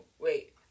wait